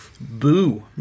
Boo